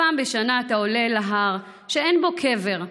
פעם בשנה אתה עולה להר שאין בו קבר,